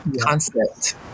concept